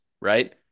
right